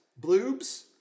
bloobs